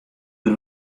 der